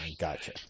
Gotcha